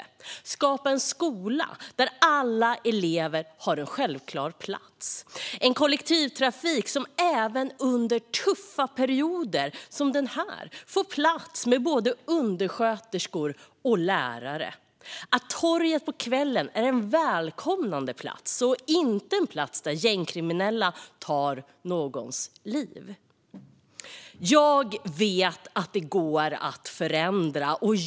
Vi kan skapa en skola där alla elever har en självklar plats och en kollektivtrafik som även under tuffa perioder som den här har plats för både undersköterskor och lärare. Vi kan förändra så att torget på kvällen är en välkomnande plats och inte en plats där gängkriminella tar någons liv. Jag vet att det går att förändra.